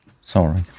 Sorry